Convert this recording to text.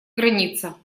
граница